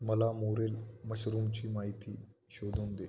मला मोरेल मशरूमची माहिती शोधून दे